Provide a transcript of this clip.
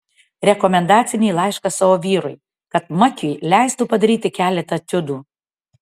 rekomendacinį laišką savo vyrui kad makiui leistų padaryti keletą etiudų